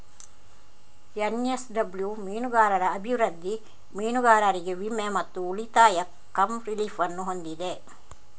NSW ಮೀನುಗಾರರ ಅಭಿವೃದ್ಧಿ, ಮೀನುಗಾರರಿಗೆ ವಿಮೆ ಮತ್ತು ಉಳಿತಾಯ ಕಮ್ ರಿಲೀಫ್ ಅನ್ನು ಹೊಂದಿದೆ